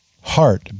heart